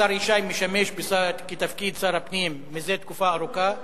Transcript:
השר ישי משמש בתפקיד שר הפנים מזה תקופה ארוכה,